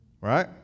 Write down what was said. Right